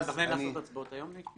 אתה מתכנן לעשות הצבעות היום?